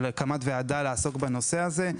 על הקמת ועדה שתעסוק בנושא הזה.